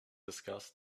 discuss